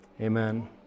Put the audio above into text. Amen